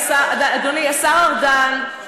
השר ארדן,